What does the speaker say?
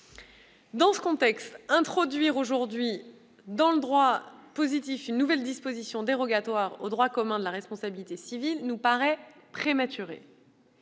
Dans ce contexte, introduire aujourd'hui dans le droit positif une nouvelle disposition dérogatoire au droit commun de la responsabilité civile paraît prématuré.